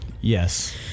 Yes